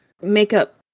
makeup